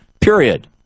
Period